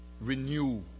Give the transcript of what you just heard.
renew